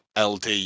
LD